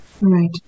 Right